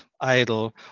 idle